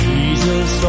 Jesus